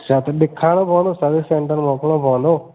अच्छा त ॾेखारणो पवंदो सर्विस सेंटर मोकिलणो पवंदो